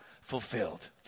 fulfilled